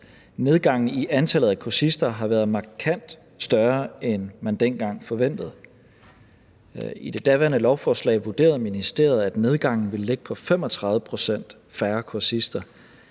Nedgangen i antallet af kursister har været markant større, end man dengang forventede. I det daværende lovforslag vurderede ministeriet, at nedgangen ville ligge på 35 pct. færre kursister,